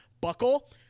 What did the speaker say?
buckle